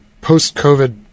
post-COVID